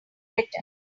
better